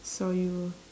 saw you